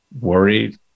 worried